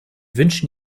wünschen